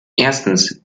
erstens